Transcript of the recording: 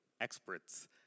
experts